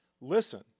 listen